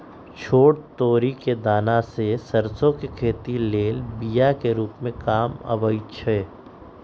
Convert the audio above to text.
छोट तोरि कें दना से सरसो के खेती लेल बिया रूपे काम अबइ छै